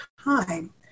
time